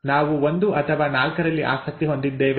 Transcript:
ನಾವು 1 ಅಥವಾ 4ರಲ್ಲಿ ಆಸಕ್ತಿ ಹೊಂದಿದ್ದೇವೆ